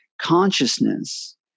consciousness